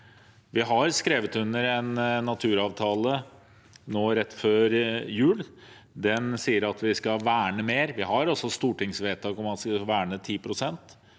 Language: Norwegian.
Vi skrev under en naturavtale nå rett før jul. Den sier at vi skal verne mer. Vi har også stortingsvedtak om at vi skal verne 10 pst.